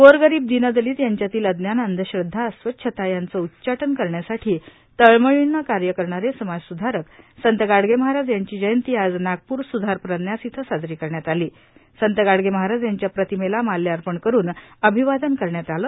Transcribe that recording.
गोरगरीब दीनदलित यांच्यातील अज्ञानए अंधश्रद्वा अस्वच्छता यांचे उच्चाटन करण्यासाठी तळमळीने कार्य करणारे समाजसुधारक संत गाडगे महाराज यांची जयंती आज नागपूर सुधार प्रन्यास येथे साजरी करण्यात आलीण् संत गाडगे महाराज यांच्या प्रतिमेला माल्यार्पण करून अभिवादन करण्यात आले